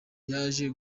yaje